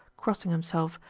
crossing himself,